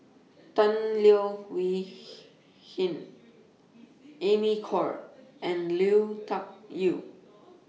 Tan Leo Wee Hin Amy Khor and Lui Tuck Yew